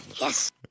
yes